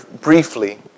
briefly